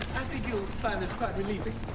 think you'll find this quite relieving.